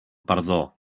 perdó